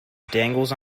dangles